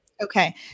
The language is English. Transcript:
Okay